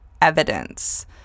Evidence